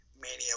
Mania